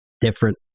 different